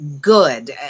good